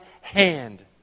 hand